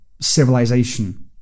civilization